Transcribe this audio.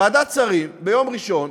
ועדת שרים התכנסה ביום ראשון,